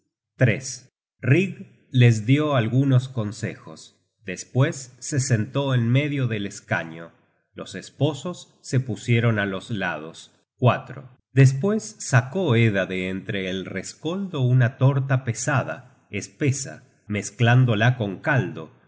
at rig les dió algunos consejos despues se sentó en medio del escaño los esposos se pusieron á los lados despues sacó edda de entre el rescoldo una torta pesada espesa mezclándola con caldo